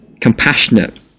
compassionate